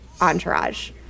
entourage